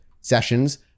sessions